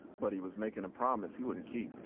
but he was making a promise he wouldn't keep